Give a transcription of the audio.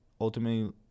ultimately